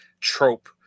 trope